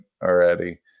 already